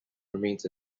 remains